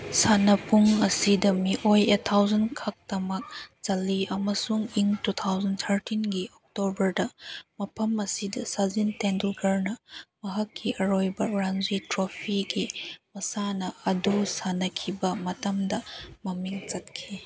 ꯁꯥꯟꯅꯕꯨꯡ ꯑꯁꯤꯗ ꯃꯤꯑꯣꯏ ꯑꯩꯠ ꯊꯥꯎꯖꯟ ꯈꯛꯇꯃꯛ ꯆꯜꯂꯤ ꯑꯃꯁꯨꯡ ꯏꯪ ꯇꯨ ꯊꯥꯎꯖꯟ ꯊꯥꯔꯇꯤꯟꯒꯤ ꯑꯣꯛꯇꯣꯕꯔꯗ ꯃꯐꯝ ꯑꯁꯤꯗ ꯁꯆꯤꯟ ꯇꯦꯟꯗꯨꯜꯀꯔꯅ ꯃꯍꯥꯛꯀꯤ ꯑꯔꯣꯏꯕ ꯔꯥꯟꯖꯤ ꯇ꯭ꯔꯣꯐꯤꯒꯤ ꯃꯁꯥꯟꯅ ꯑꯗꯨ ꯁꯥꯟꯅꯈꯤꯕ ꯃꯇꯝꯗ ꯃꯃꯤꯡ ꯆꯠꯈꯤ